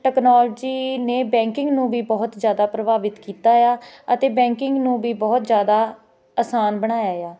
technology ਨੇ banking ਨੂੰ ਵੀ ਬਹੁਤ ਜ਼ਿਆਦਾ ਪ੍ਰਭਾਵਿਤ ਕੀਤਾ ਆ ਅਤੇ ਬੈਂਕਿੰਗ ਨੂੰ ਵੀ ਬਹੁਤ ਜ਼ਿਆਦਾ ਆਸਾਨ ਬਣਾਇਆ ਆ